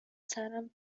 سرم